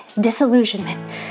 disillusionment